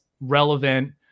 relevant